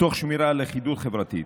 תוך שמירה על לכידות חברתית.